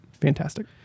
fantastic